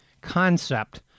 concept